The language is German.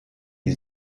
die